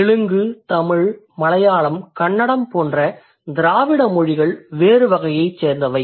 தெலுங்கு தமிழ் மலையாளம் கன்னடம் போன்ற திராவிட மொழிகள் வேறு வகையைச் சேர்ந்தவை